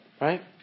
Right